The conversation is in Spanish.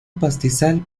pastizal